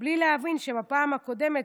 בלי להבין שבפעם הקודמת,